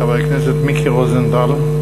חבר הכנסת מיקי רוזנטל.